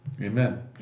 Amen